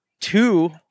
Two